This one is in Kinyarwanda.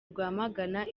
rwamagana